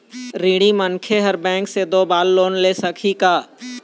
ऋणी मनखे हर बैंक से दो बार लोन ले सकही का?